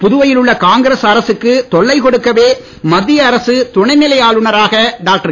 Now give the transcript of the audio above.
புதுவையில் உள்ள காங்கிரஸ் அரசுக்கு தொல்லை கொடுக்கவே மத்திய ஆளுனராக டாக்டர்